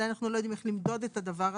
אנחנו עדיין לא יודעים איך למדוד את הדבר הזה.